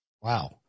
Wow